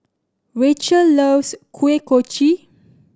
Rachel loves Kuih Kochi